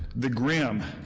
the grim,